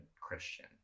Christian